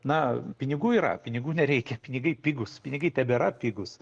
na pinigų yra pinigų nereikia pinigai pigūs pinigai tebėra pigūs